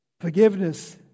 Forgiveness